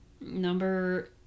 number